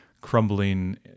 crumbling